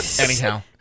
Anyhow